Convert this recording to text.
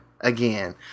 again